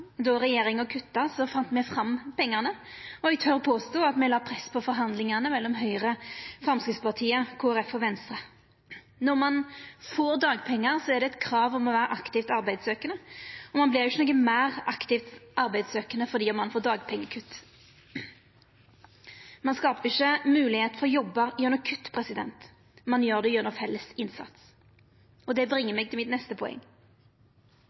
Då regjeringa kutta, fann me pengane, og eg tør påstå at me la press på forhandlingane mellom Høgre, Framstegspartiet, Kristeleg Folkeparti og Venstre. Når ein får dagpengar, er det eit krav om å vera aktivt arbeidssøkjande, og ein vert ikkje noko meir aktivt arbeidssøkjande fordi ein får kutt i dagpengane. Ein skaper ikkje moglegheiter for jobbar gjennom kutt. Ein gjer det gjennom felles innsats, og det bringar meg til mitt neste poeng.